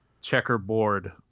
checkerboard